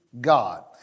God